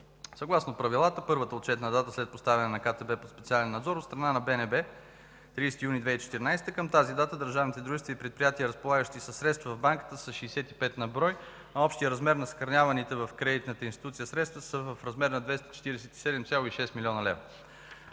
Съгласно правилата първата отчетна дата е след поставяне на КТБ под специален надзор от страна на БНБ към 30 юни 2014 г. Към тази дата държавните дружества и предприятия, разполагащи със средства в банката, са 65 на брой, а общият размер на съхраняваните в кредитната институция средства са в размер на 247,6 млн. лв.